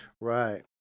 Right